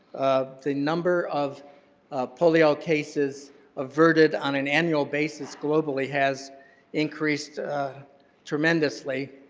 the number of polio cases averted on an annual basis globally has increased tremendously,